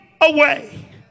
away